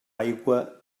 aigua